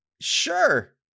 sure